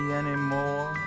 anymore